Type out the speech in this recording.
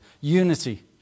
Unity